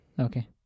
Okay